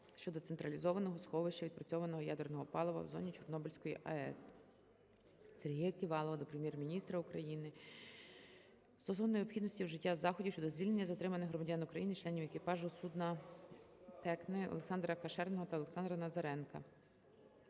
щодо Централізованого сховища відпрацьованого ядерного палива в зоні Чорнобильської АЕС. Сергія Ківалова до Прем'єр-міністра України стосовно необхідності вжиття заходів щодо звільнення затриманих громадян України, членів екіпажу судна "Tecne" Олександра Кашерного та Олександра Назаренка.